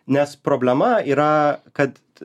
nes problema yra kad